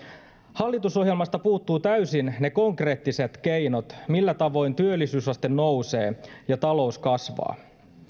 hallitusohjelmasta puuttuu täysin ne konkreettiset keinot millä tavoin työllisyysaste nousee ja talous kasvaa